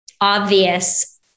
obvious